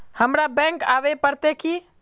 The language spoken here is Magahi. हमरा बैंक आवे पड़ते की?